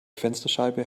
fensterscheibe